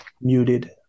Muted